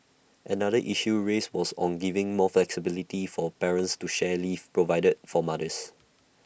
another issue raised was on giving more flexibility for parents to share leave provided for mothers